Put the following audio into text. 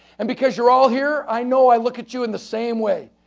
and because you're all here, i know i look at you in the same way.